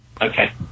Okay